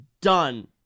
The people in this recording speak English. done